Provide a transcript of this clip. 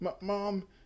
Mom